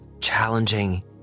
challenging